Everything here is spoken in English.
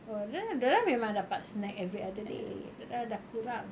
oh dia orang dia orang dapat snack every other day dia orang dah kurang